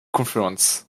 conferences